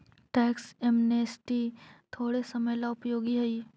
tax amnesty थोड़े समय ला उपयोगी हई